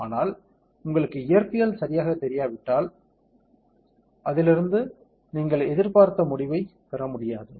ஆனால் உங்களுக்குத் இயற்பியல் சரியாகத் தெரியாவிட்டால் அதிலிருந்து நீங்கள் எதிர்பார்த்த முடிவைப் பெற முடியாது